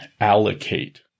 allocate